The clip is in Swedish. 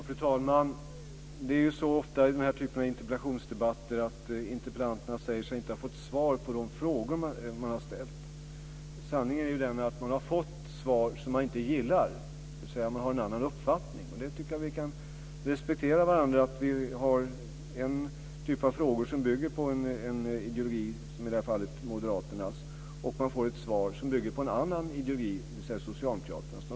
Fru talman! Det är ofta så i den här typen av interpellationsdebatter att interpellanterna säger sig inte ha fått svar på de frågor man har ställt. Sanningen är ju den att man fått svar som man inte gillar. Man har en annan uppfattning. Där tycker jag att vi kan respektera varandra. Man ställer en typ av frågor som bygger på en ideologi, i det här fallet moderaternas, och får ett svar som bygger på en annan ideologi, dvs. socialdemokraternas.